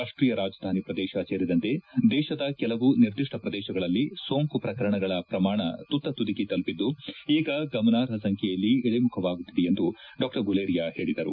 ರಾಷ್ಷೀಯ ರಾಜಧಾನಿ ಪ್ರದೇಶ ಸೇರಿದಂತೆ ದೇಶದ ಕೆಲವು ನಿರ್ದಿಷ್ಟ ಪ್ರದೇಶಗಳಲ್ಲಿ ಸೋಂಕು ಪ್ರಕರಣಗಳ ಪ್ರಮಾಣ ತುತ್ತ ತುದಿಗೆ ತಲುಪಿದ್ದು ಈಗ ಗಮನಾರ್ಹ ಸಂಖ್ಯೆಯಲ್ಲಿ ಇಳಮುಖವಾಗುತ್ತಿದೆ ಎಂದು ಡಾ ಗುಲೇರಿಯಾ ಹೇಳಿದರು